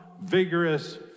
vigorous